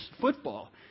football